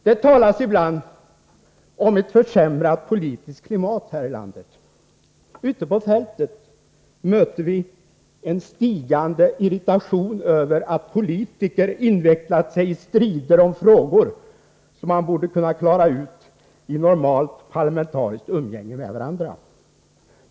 Det talas ibland om ett försämrat politiskt klimat här i landet. Ute på fältet möter vi en stigande irritation över att politiker invecklar sig i strider om frågor som man borde kunna klara ut i normalt parlamentariskt umgänge med varandra.